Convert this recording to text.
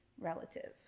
relative